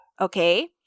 okay